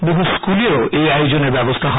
বহু স্কুলেও এই আয়োজনের ব্যবস্থা হয়